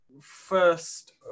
first